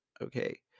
Okay